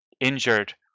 injured